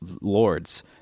lords